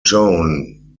joan